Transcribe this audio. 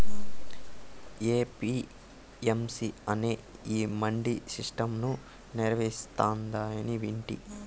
APMC అనేది ఈ mandi system ను నిర్వహిస్తాందని వింటి